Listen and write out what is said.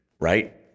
right